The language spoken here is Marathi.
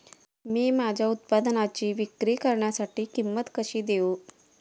मी माझ्या उत्पादनाची विक्री करण्यासाठी किंमत कशी देऊ?